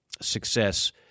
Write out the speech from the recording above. Success